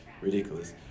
ridiculous